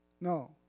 No